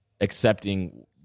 accepting